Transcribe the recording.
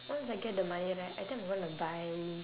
once I get the money right I think I'm gonna buy